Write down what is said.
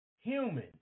human